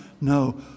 No